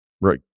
right